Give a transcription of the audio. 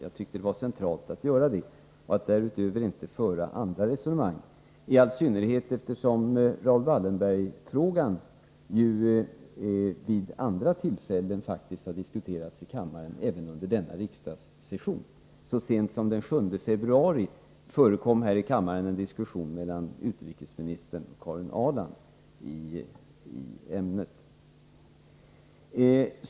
Jag tyckte det var centralt att göra det och att därutöver inte föra andra resonemang, i all synnerhet som Raoul Wallenberg-frågan faktiskt har diskuterats i kammaren även vid andra tillfällen under detta riksmöte. Så sent som den 7 februari förekom en diskussion i ämnet mellan utrikesministern och Karin Ahrland.